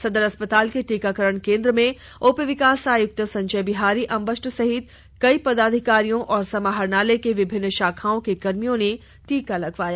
सदर अस्पताल के टीकाकरण केन्द्र में उप विकास आयुक्त संजय बिहारी अम्बष्ट सहित कई पदाधिकारियों और समाहरणलय के विभिन्न शाखाओं के कर्मियों ने टीका लगवाया